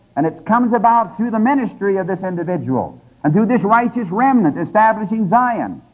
and it comes about through the ministry of this individual and through this righteous remnant establishing zion.